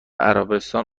عربستان